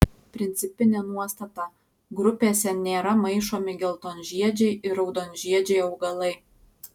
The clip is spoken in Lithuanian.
principinė nuostata grupėse nėra maišomi geltonžiedžiai ir raudonžiedžiai augalai